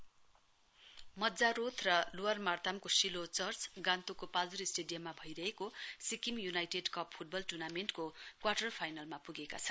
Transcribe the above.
football मज्जारोथ र lower मार्तामको शिलोह चर्च गान्तोकको पाल्जोर स्टेडियममा भइरहेको सिक्किम चुनाइडेट कप फुटबल टुर्नामेन्टको क्वाटर फाइनलमा पुगेका छन्